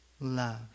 love